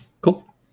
Cool